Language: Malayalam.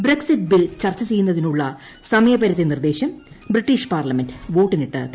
ബ്രക്സിറ്റ് ബിൽ ചർച്ചൂച്ചെയ്യുന്നതിനുള്ള സമയപരിധി നിർദ്ദേശം ന് ബ്രിട്ടീഷ് പാർലമെന്റ് പ്പോട്ടിനിട്ട് തള്ളി